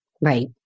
Right